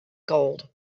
gold